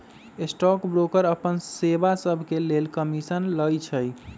stock broker अप्पन सेवा सभके लेल कमीशन लइछइ